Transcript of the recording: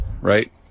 right